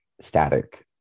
static